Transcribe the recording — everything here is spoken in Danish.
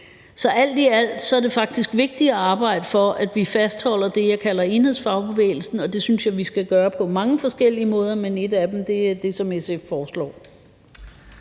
Så alt i alt er det faktisk vigtigt at arbejde for, at vi fastholder det, jeg kalder enhedsfagbevægelsen, og det synes jeg vi skal gøre på mange forskellige måder, og en af dem er det, som SF foreslår.